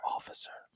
Officer